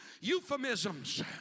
euphemisms